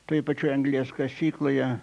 toj pačioj anglies kasykloje